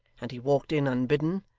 and he walked in unbidden,